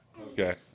Okay